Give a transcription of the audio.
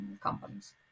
companies